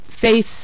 face